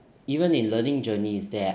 even in learning journeys there